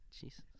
Jesus